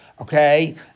okay